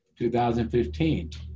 2015